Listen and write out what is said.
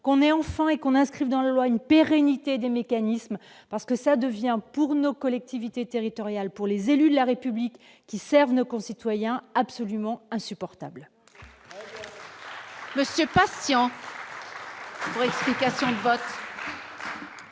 qu'on est enfant et qu'on inscrive dans la loi une pérennité des mécanismes parce que ça devient pour nos collectivités territoriales pour les élus de la République qui serve nos concitoyens absolument insupportable.